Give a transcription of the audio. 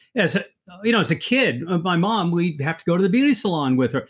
as you know as a kid, my mom we'd have to go to the beauty salon with her.